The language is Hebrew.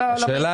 השאלה